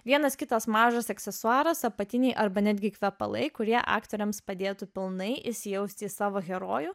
vienas kitas mažas aksesuaras apatiniai arba netgi kvepalai kurie aktoriams padėtų pilnai įsijausti į savo herojų